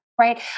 right